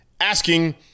asking